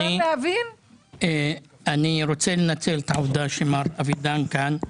אני רוצה לנצל את העובדה שמר אבידן כאן.